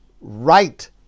right